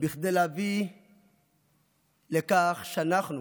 שהביאו לכך שאנחנו,